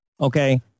Okay